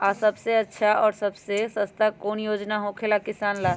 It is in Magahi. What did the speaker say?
आ सबसे अच्छा और सबसे सस्ता कौन योजना होखेला किसान ला?